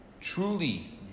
truly